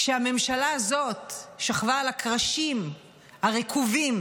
כשהממשלה הזאת שכבה על הקרשים הרקובים